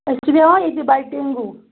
أسۍ چھِ بیٚہوان ییٚتہِ بیٹِنٛگُہ